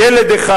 ילד אחד,